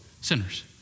sinners